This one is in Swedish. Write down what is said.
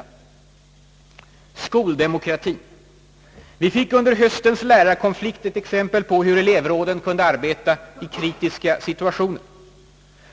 Jag berör därefter frågan om skoldemokratien. Vi fick under hösten lärarkonflikt ett exempel på hur elevråden kan arbeta i kritiska situationer.